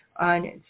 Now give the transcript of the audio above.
on